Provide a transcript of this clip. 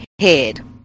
head